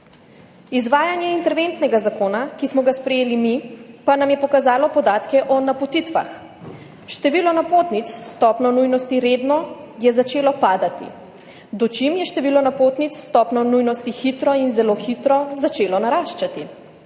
Izvajanje interventnega zakona, ki smo ga sprejeli mi, pa nam je pokazalo podatke o napotitvah. Število napotnic s stopnjo nujnosti »redno« je začelo padati, dočim je število napotnic s stopnjo nujnosti »hitro« in »zelo hitro« začelo naraščati.